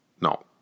no